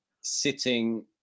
sitting